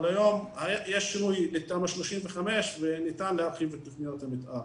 אבל היום יש ועד לתמ"א 35 וניתן להרחיב את תכניות המתאר.